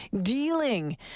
dealing